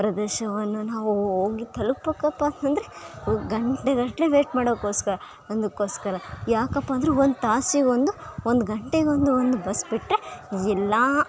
ಪ್ರದೇಶವನ್ನು ನಾವು ಹೋಗಿ ತಲುಪಬೇಕಪ್ಪ ಅಂದರೆ ಗಂಟೆಗಟ್ಟಲೇ ವೇಟ್ ಮಾಡೋಕ್ಕೋಸ್ಕರ ಒಂದಕ್ಕೊಸ್ಕರ ಯಾಕಪ್ಪ ಅಂದ್ರೆ ಒಂದು ತಾಸಿಗೊಂದು ಒಂದು ಗಂಟೆಗೊಂದು ಒಂದು ಬಸ್ ಬಿಟ್ಟರೆ ಎಲ್ಲ